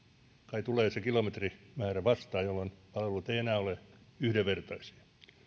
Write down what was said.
kai tulee se kilometrimäärä vastaan jolloin palvelut eivät enää ole yhdenvertaisia